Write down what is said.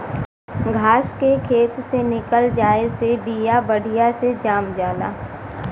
घास के खेत से निकल जाये से बिया बढ़िया से जाम जाला